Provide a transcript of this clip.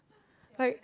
like